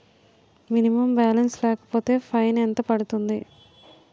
Minimum balance లేకపోతే fine ఎంత పడుతుంది?